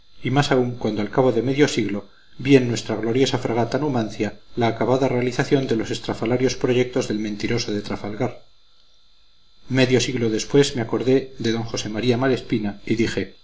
y más aún cuando al cabo de medio siglo vi en nuestra gloriosa fragata numancia la acabada realización de los estrafalarios proyectos del mentiroso de trafalgar medio siglo después me acordé de d josé maría malespina y dije